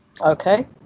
Okay